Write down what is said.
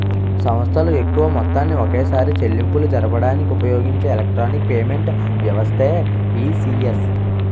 సంస్థలు ఎక్కువ మొత్తాన్ని ఒకేసారి చెల్లింపులు జరపడానికి ఉపయోగించే ఎలక్ట్రానిక్ పేమెంట్ వ్యవస్థే ఈ.సి.ఎస్